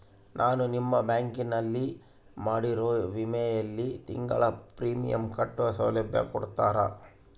ನಾನು ನಿಮ್ಮ ಬ್ಯಾಂಕಿನಲ್ಲಿ ಮಾಡಿರೋ ವಿಮೆಯಲ್ಲಿ ತಿಂಗಳ ಪ್ರೇಮಿಯಂ ಕಟ್ಟೋ ಸೌಲಭ್ಯ ಕೊಡ್ತೇರಾ?